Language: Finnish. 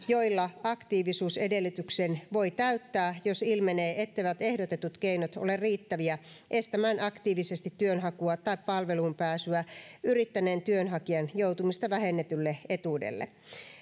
joilla aktiivisuusedellytyksen voi täyttää jos ilmenee etteivät ehdotetut keinot ole riittäviä estämään aktiivisesti työnhakua tai palveluun pääsyä yrittäneen työnhakijan joutumista vähennetylle etuudelle